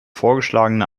vorgeschlagene